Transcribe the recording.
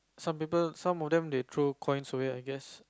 some people some of them throw coins away I guess